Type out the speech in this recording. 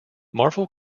marvel